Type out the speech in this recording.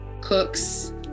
cooks